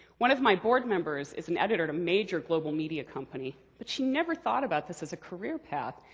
one of my board members is an editor at a major global media company, but she never thought about this as a career path,